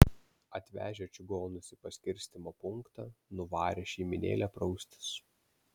atvežę čigonus į paskirstymo punktą nuvarė šeimynėlę praustis